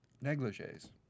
negligees